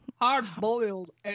Hard-boiled